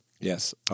Yes